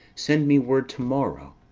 send me word to-morrow,